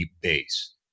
base